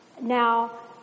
Now